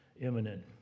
imminent